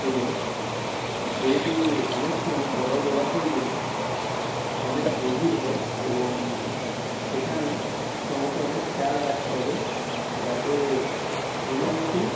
এবং যেহেতু অনেক সময় বড় জলাশয়গুলি অনেক গভীর হয় এবং সেখানে তোমাকে অনেক খেয়াল রাখতে হবে যাতে কোনো মতেই